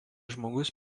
žmogus